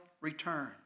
return